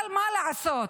אבל מה לעשות,